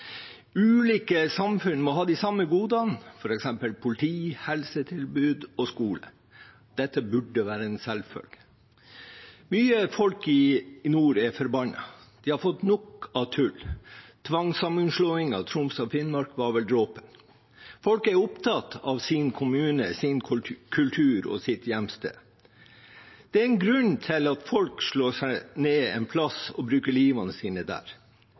skole. Det burde være en selvfølge. Mange folk i nord er forbannet. De har fått nok av tull. Tvangssammenslåingen av Troms og Finnmark var vel dråpen. Folk er opptatt av sin kommune, sin kultur og sitt hjemsted. Det er en grunn til at folk slår seg ned en plass og bruker livet sitt der.